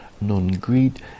non-greed